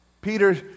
Peter